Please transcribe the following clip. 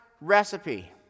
recipe